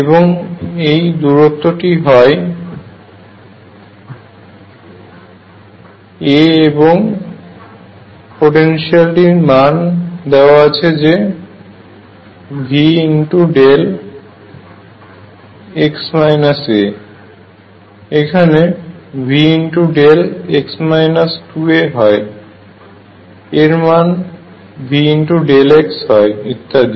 এবং এই দূরত্ব টি হয় a এবং পোটেনশিয়াল এর মান দেওয়া আছে যে Vδx a এখানে Vδx 2a হয় এর মান Vδ হয় ইত্যাদি